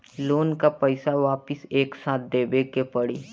Loan का पईसा वापिस एक साथ देबेके पड़ी?